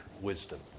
wisdom